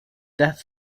death